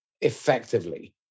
effectively